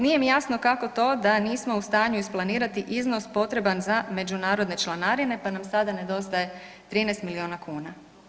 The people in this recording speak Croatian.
Nije mi jasno kako to da nismo u stanju isplanirati iznos potreban za međunarodne članarine, pa nam sada nedostaje 13 milijuna kuna?